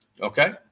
Okay